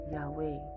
Yahweh